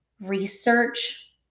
research